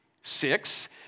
Six